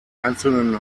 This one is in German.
einzelnen